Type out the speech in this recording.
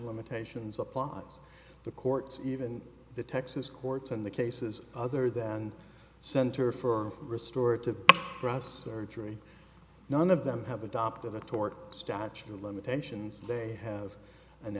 of limitations of plods the courts even the texas courts and the cases other than center for restored to drugs surgery none of them have adopted a tort statute of limitations they have an